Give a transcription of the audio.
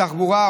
התחבורה,